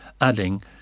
adding